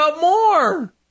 more